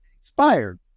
expired